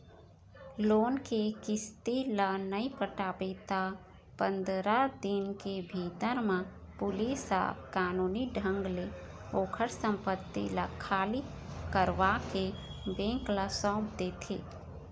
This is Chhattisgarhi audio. लोन के किस्ती ल नइ पटाबे त पंदरा दिन के भीतर म पुलिस ह कानूनी ढंग ले ओखर संपत्ति ल खाली करवाके बेंक ल सौंप देथे